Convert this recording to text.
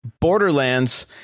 Borderlands